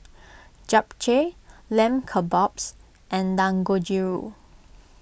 Japchae Lamb Kebabs and Dangojiru